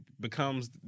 becomes